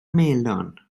melon